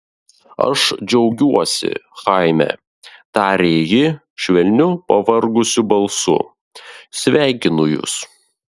aš džiaugiuosi chaime tarė ji švelniu pavargusiu balsu sveikinu jus